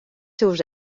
seus